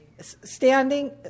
standing